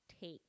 take